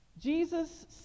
Jesus